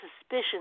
suspicion